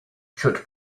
should